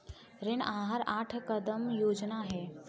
ऋण आहार आठ कदम योजना है